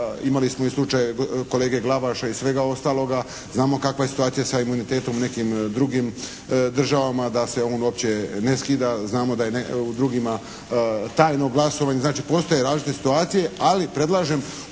Imali smo i slučaj kolege Glavaša i svega ostaloga. Znamo kakva je situacija sa imunitetom u nekim drugim državama da se on uopće ne skida. Znamo da je u drugima tajno glasovanje. Znači, postoje različite situacije, ali predlažem